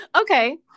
Okay